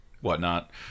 whatnot